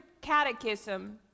Catechism